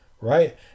Right